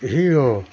hero